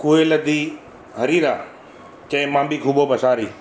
कूए लधी हरीरा चए मां बि ख़ूबो पसारी